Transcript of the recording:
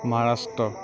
Maharashtra